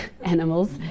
animals